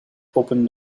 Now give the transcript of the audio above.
opened